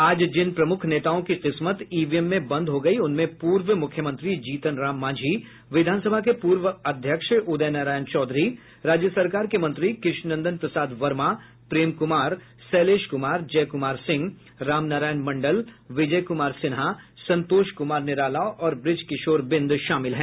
आज जिन प्रमुख नेताओं की किस्मत ईवीएम में बंद हो गयी उनमें पूर्व मुख्यमंत्री जीतन राम मांझी विधानसभा के पूर्व अध्यक्ष उदय नारायण चौधरी राज्य सरकार के मंत्री कृष्णनंदन प्रसाद वर्मा प्रेम कुमार शैलेश कुमार जय कुमार सिंह राम नारायण मंडल विजय कुमार सिन्हा संतोष कुमार निराला और ब्रिज किशोर बिंद शामिल हैं